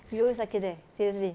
we always cycle there seriously